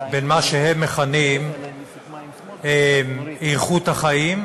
בין מה שהם מכנים "איכות החיים"